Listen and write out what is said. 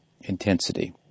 intensity